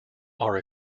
are